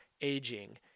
aging